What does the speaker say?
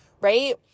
right